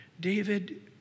David